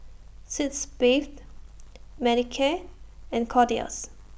Sitz Bath Manicare and Kordel's